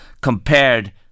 compared